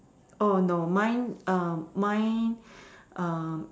oh no mine um mine um